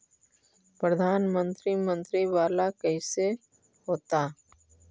प्रधानमंत्री मंत्री वाला कैसे होता?